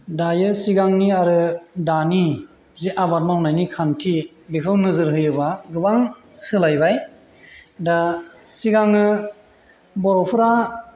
दायो सिगांनि आरो दानि जि आबाद मावनायनि खान्थि बेखौ नोजोर होयोबा गोबां सोलायबाय दा सिगां बर'फोरा